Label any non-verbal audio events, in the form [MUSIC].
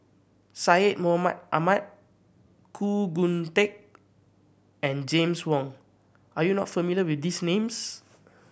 Syed Mohamed Ahmed Khoo [UNINTELLIGIBLE] Teik and James Wong are you not familiar with these names